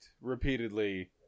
repeatedly